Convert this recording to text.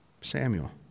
Samuel